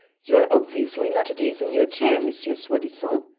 you are obviously not at ease in your chair, monsieur soi-disant.